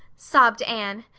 sobbed anne.